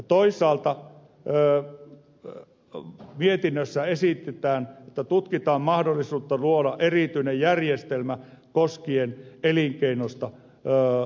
toisaalta mietinnössä esitetään että tutkitaan mahdollisuutta luoda erityinen järjestelmä koskien elinkeinosta luopumista